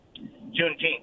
Juneteenth